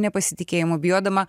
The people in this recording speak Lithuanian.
nepasitikėjimo bijodama